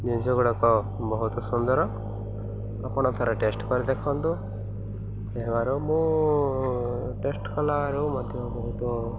ଜିନିଷ ଗୁଡ଼ାକ ବହୁତ ସୁନ୍ଦର ଆପଣ ଥରେ ଟେଷ୍ଟ କରି ଦେଖନ୍ତୁ ହେବାରୁ ମୁଁ ଟେଷ୍ଟ କଲାରୁ ମଧ୍ୟ ବହୁତ